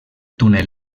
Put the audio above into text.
túnel